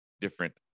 different